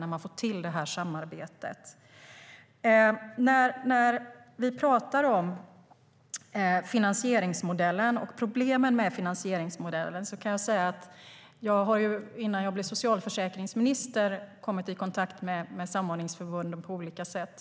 När det gäller problemen med finansieringsmodellen kom jag, innan jag blev socialförsäkringsminister, i kontakt med samordningsförbunden på olika sätt.